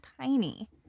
tiny